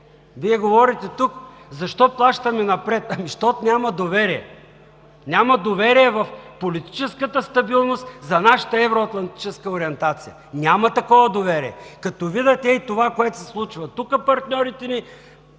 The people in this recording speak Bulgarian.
Вие говорите тук: защо плащаме напред? Защото няма доверие. Няма доверие в политическата стабилност за нашата евроатлантическа ориентация. Няма такова доверие! Като видят ей това, което се случва тук, партньорите ни